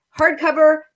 hardcover